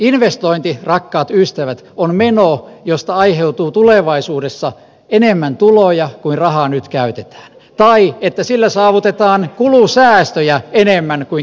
investointi rakkaat ystävät on meno josta aiheutuu tulevaisuudessa enemmän tuloja kuin rahaa nyt käytetään tai sillä saavutetaan kulusäästöjä enemmän kuin käytetty panos